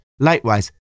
Likewise